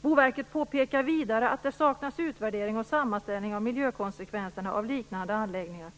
Boverket påpekar vidare att det saknas utvärdering och sammanställning av miljökonsekvenserna av liknande anläggningar.